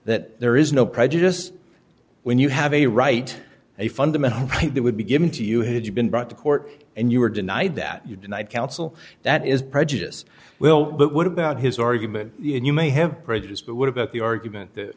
that there is no prejudice when you have a right a fundamental right that would be given to you had you been brought to court and you were denied that you denied counsel that is prejudice well but what about his argument you may have prejudice but what about the argument that